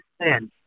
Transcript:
understand